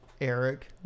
Eric